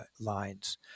lines